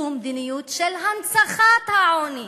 זו מדיניות של הנצחת העוני